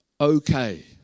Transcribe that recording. okay